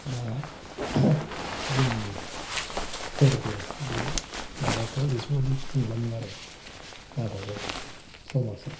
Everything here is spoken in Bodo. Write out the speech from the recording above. दा जोंनि फोरबो बे माबाफ्रा बेफोर बायदि खुंलाङो आरो गाबा गाव समाजा